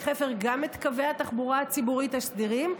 חפר גם את קווי התחבורה הציבורית הסדירים,